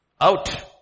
Out